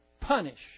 punish